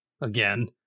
again